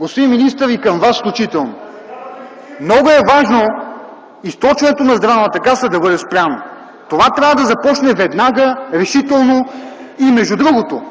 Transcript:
Господин министър, и към Вас включително. Много е важно източването на Здравната каса да бъде спряно. Това трябва да започне веднага, решително. Между другото,